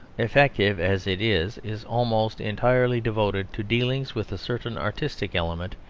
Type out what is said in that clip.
effective as it is, is almost entirely devoted to dealings with a certain artistic element,